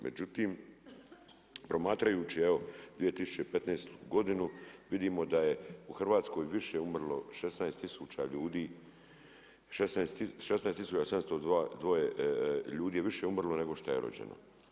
Međutim, promatrajući evo 2015. godinu vidimo da je u Hrvatskoj više umrlo 16 tisuća ljudi, 16.702 ljudi više je umrlo nego što je rođeno.